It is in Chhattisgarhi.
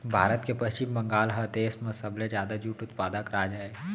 भारत के पस्चिम बंगाल ह देस म सबले जादा जूट उत्पादक राज अय